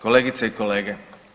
Kolegice i kolege.